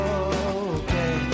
okay